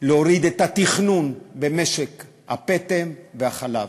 להוריד את התכנון במשק הפטם והחלב,